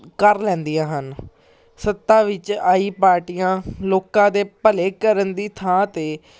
ਕਰ ਲੈਂਦੀਆਂ ਹਨ ਸੱਤਾ ਵਿੱਚ ਆਈ ਪਾਰਟੀਆਂ ਲੋਕਾਂ ਦੇ ਭਲੇ ਕਰਨ ਦੀ ਥਾਂ 'ਤੇ